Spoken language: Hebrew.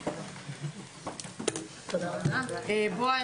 אני מודה לכולם.